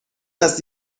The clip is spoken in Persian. است